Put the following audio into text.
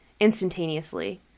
instantaneously